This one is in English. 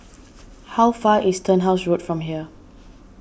how far is Turnhouse Road from here